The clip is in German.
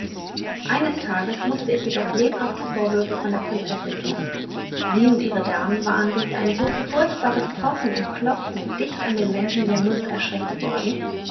eines tages mußte ich jedoch lebhafte vorwürfe von der prinzessin hören sie und ihre damen waren durch ein so furchtbares pochen und klopfen dicht an den wänden der nuß erschreckt worden